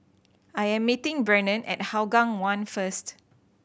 I am meeting Brannon at Hougang One first